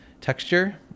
texture